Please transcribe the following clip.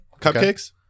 Cupcakes